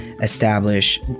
establish